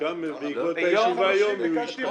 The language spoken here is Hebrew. גם בעקבות הישיבה היום הוא ישתנה.